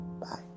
Bye